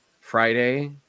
Friday